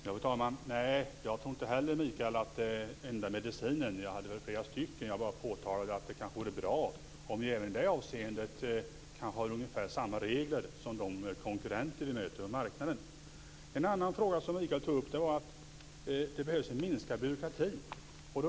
Fru talman! Nej, Mikael, inte heller jag tror att det är den enda medicinen; jag hade väl flera sådana. Jag bara påpekade att det kanske vore bra om vi även i det avseendet kunde ha ungefär samma regler som våra konkurrenter som vi möter på marknaden. Mikael tog också upp frågan om behovet av en minskad byråkrati.